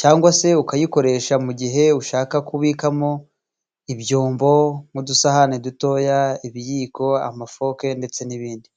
cyangwa se ukayikoresha, mu gihe ushaka kubikamo ibyombo, nk'udusahani dutoya, ibiyiko, amafoke ndetse n'ibindi.